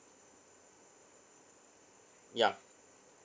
ya